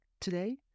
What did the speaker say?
Today